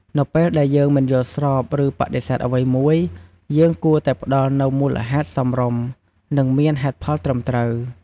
នៅពេលដែលយើងមិនយល់ស្រប ឬបដិសេធអ្វីមួយ យើងគួរតែផ្តល់នូវមូលហេតុសមរម្យ និងមានហេតុផលត្រឹមត្រូវ។